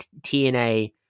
TNA